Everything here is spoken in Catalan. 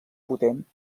potent